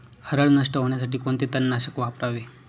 हरळ नष्ट होण्यासाठी कोणते तणनाशक वापरावे?